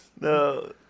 No